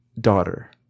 daughter